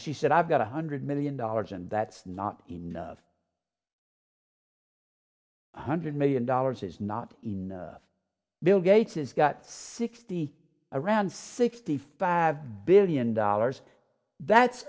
she said i've got a hundred million dollars and that's not enough hundred million dollars is not enough bill gates has got sixty around sixty five billion dollars that's